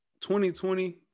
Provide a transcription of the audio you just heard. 2020